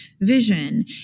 vision